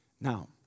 Now